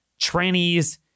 trannies